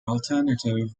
alternative